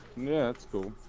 next guy